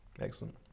Excellent